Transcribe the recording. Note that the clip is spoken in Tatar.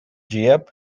җыеп